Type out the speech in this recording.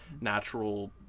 natural